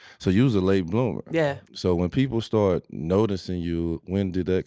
so you was a late bloomer? yeah. so when people start noticing you when did ah